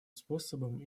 способом